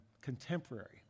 contemporary